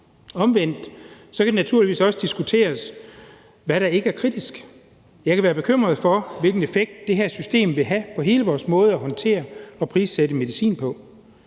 Omvendt kan det naturligvis også diskuteres, hvad der ikke opfattes som kritisk. Jeg kan være bekymret for, hvilken effekt det her system vil have på hele vores måde at håndtere og prissætte medicin på.